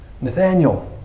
Nathaniel